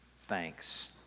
thanks